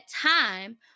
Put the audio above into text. time